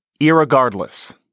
irregardless